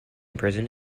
prison